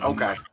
Okay